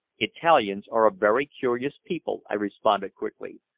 italians are a very curious people, i responded quickly.